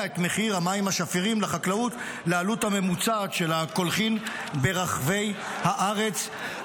את מחיר המים השפירים לחקלאות כעלות הממוצעת של הקולחין ברחבי הארץ,